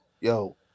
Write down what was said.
yo